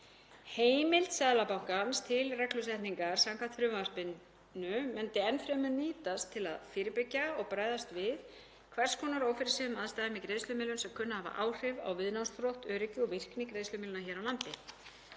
Heimild Seðlabankans til reglusetningar samkvæmt frumvarpinu myndi enn fremur nýtast til að fyrirbyggja og bregðast við hvers konar ófyrirséðum aðstæðum í greiðslumiðlun sem kunna að hafa áhrif á viðnámsþrótt, öryggi og virkni í greiðslumiðlun hér á landi.